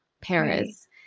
Paris